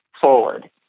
forward